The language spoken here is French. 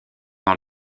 dans